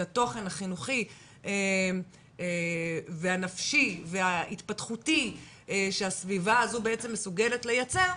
התוכן החינוכי והנפשי וההתפתחותי שהסביבה הזאת מסוגלת לייצר,